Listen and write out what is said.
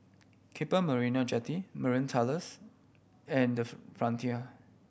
Keppel Marina Jetty Marine Terrace and The Frontier